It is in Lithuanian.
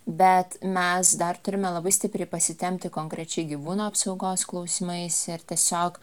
bet mes dar turime labai stipriai pasitempti konkrečiai gyvūnų apsaugos klausimais ir tiesiog